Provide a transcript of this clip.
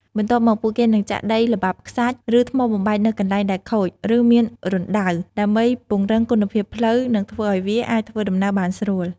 បន្ទាប់មក ពួកគេនឹងចាក់ដី ល្បាប់ខ្សាច់ ឬថ្មបំបែកនៅកន្លែងដែលខូច ឬមានរណ្តៅ ដើម្បីពង្រឹងគុណភាពផ្លូវ និងធ្វើឱ្យវាអាចធ្វើដំណើរបានស្រួល។